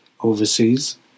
overseas